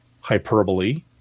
hyperbole